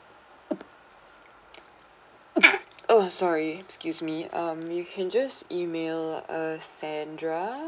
oh sorry excuse me um you can just email uh sandra